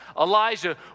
Elijah